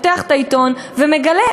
פותח את העיתון ומגלה,